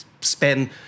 spend